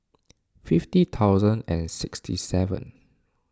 fifty thousand and sixty seven